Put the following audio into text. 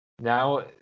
Now